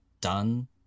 done